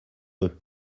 eux